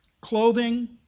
Clothing